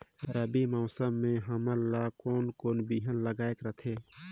रबी मौसम मे हमन ला कोन कोन बिहान लगायेक रथे?